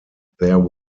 there